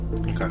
Okay